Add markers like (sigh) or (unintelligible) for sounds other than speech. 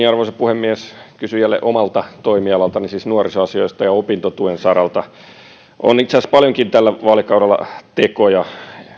(unintelligible) arvoisa puhemies kysyjälle omalta toimialaltani siis nuorisoasioista ja opintotuen saralta on itse asiassa paljonkin tällä vaalikaudella tekoja